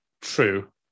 true